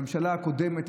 הממשלה הקודמת,